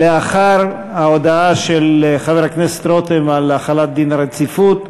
לאחר ההודעה של חבר הכנסת רותם על החלת דין רציפות,